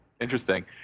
Interesting